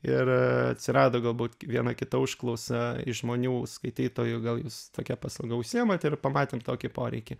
ir atsirado galbūt viena kita užklausa iš žmonių skaitytojų gal jūs tokia paslauga užsiimat ir pamatėm tokį poreikį